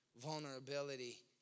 vulnerability